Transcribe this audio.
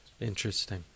Interesting